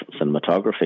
cinematography